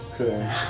Okay